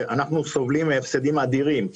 שאנו סובלים מהפסדים אדירים,